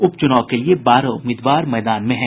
उपचुनाव के लिये बारह उम्मीदवार मैदान में हैं